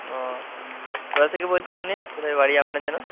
ও কোথা থেকে বলছেন আপনি কোথায় বাড়ি আপনার যেন